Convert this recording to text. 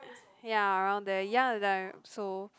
ya around there ya there so